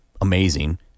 amazing